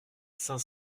cinq